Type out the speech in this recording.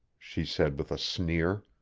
she said with a sneer.